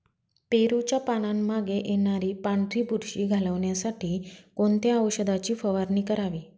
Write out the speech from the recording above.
पेरूच्या पानांमागे येणारी पांढरी बुरशी घालवण्यासाठी कोणत्या औषधाची फवारणी करावी?